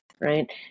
right